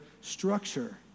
structure